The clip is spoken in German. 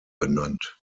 benannt